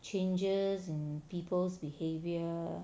changes in people's behaviour